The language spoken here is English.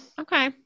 Okay